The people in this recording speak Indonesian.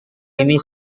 ini